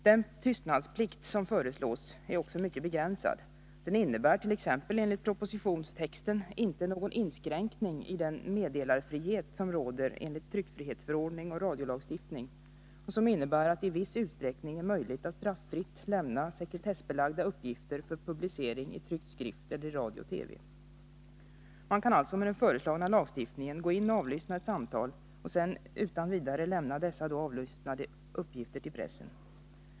Den tystnadsplikt som föreslås är mycket begränsad. Den innebär t.ex. enligt propositionstexten inte någon inskränkning i den meddelarfrihet som råder enligt tryckfrihetsförordningen och radiolagstiftningen och som innebär att det i viss utsträckning är möjligt att straffritt lämna sekretessbelagda uppgifter för publicering i tryckt skrift eller i radio eller TV. Man kan alltså med den föreslagna lagstiftningen gå in och avlyssna ett samtal, och sedan utan vidare lämna de då avlyssnade uppgifterna till pressen.